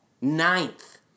Ninth